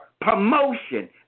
promotion